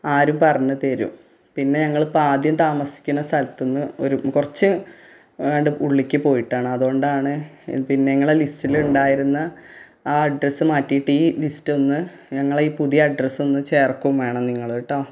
ആരും പറഞ്ഞ് തരും പിന്നെ ഞങ്ങളിപ്പോള് ആദ്യം താമസിക്കുന്ന സ്ഥലത്തുനിന്ന് ഒരു കുറച്ച് ഉള്ളിലേക്ക് പോയിട്ടാണ് അതുകൊണ്ടാണ് പിന്നെ നിങ്ങള് ലിസ്റ്റിലുണ്ടായിരുന്ന ആ അഡ്രസ്സ് മാറ്റിയിട്ട് ഈ ലിസ്റ്റൊന്ന് ഞങ്ങള് ഈ പുതിയ അഡ്രസ്സൊന്ന് ചേർക്കുകയും വേണം നിങ്ങള് കെട്ടോ